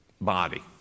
Body